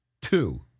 two